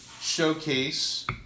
showcase